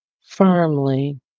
firmly